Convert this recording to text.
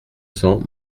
cents